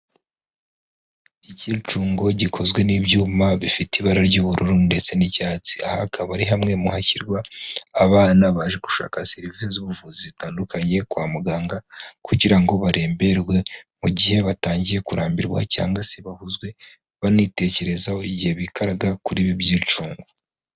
Ikicungo gikozwe n'ibyuma bifite ibara ry'ubururu ndetse n'icyatsi, aha akaba ari hamwe mu hashyirwa abana baje gushaka serivise z'ubuvuzi zitandukanye kwa muganga kugira ngo baremberwe mu gihe batangiye kurambirwa cyangwa se bahuzwe banitekerezaho igihe bikaraga kuri ibi byicungo.